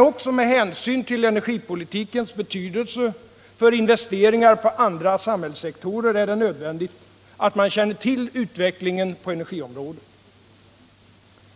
Också med hänsyn till energipolitikens betydelse för investeringar på andra sektorer är det nödvändigt att man känner till utvecklingen på energiområdet.